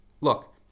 look